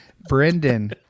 Brendan